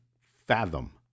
fathom